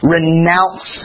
Renounce